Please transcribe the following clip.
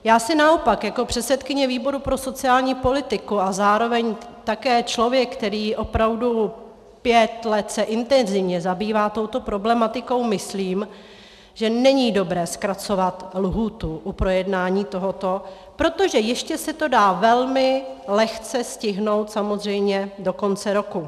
Já si naopak jako předsedkyně výboru pro sociální politiku a zároveň také člověk, který opravdu pět let se intenzivně zabývá touto problematikou, myslím, že není dobré zkracovat lhůtu u projednání tohoto, protože ještě se to dá velmi lehce stihnout, samozřejmě, do konce roku.